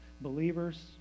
believers